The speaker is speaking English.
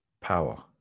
power